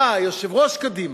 בא יושב-ראש קדימה,